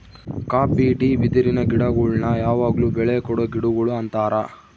copy tea ಬಿದಿರಿನ ಗಿಡಗುಳ್ನ ಯಾವಗ್ಲು ಬೆಳೆ ಕೊಡೊ ಗಿಡಗುಳು ಅಂತಾರ